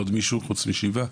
עוד מישהו חוץ משיבא?